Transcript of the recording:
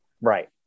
Right